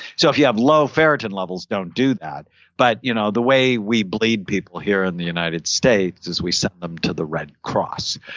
so if you have low ferritin levels, don't do that but you know the way we bleed people here in the united states is we send them to the red cross.